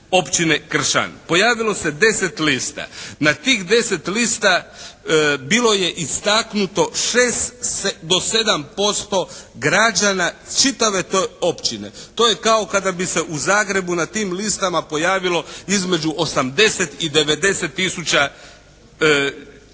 Pojavilo se 10 lista. Na tih 10 lista bilo je istaknuto 6 do 7% građana čitave te općine. To je kao kada bi se u Zagrebu na tim listama pojavilo između 80 i 90 tisuća,